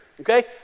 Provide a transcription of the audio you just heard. Okay